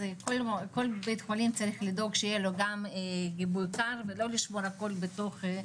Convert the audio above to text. אז כל בית חולים צריך לדאוג שיהיה לו גם גיבוי קר ולא לשמור הכל בתוך,